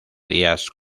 días